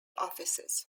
offices